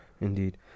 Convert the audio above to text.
Indeed